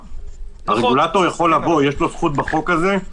לרגולטור יש זכות בחוק הזה.